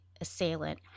assailant